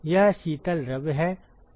यह शीतल द्रव्य है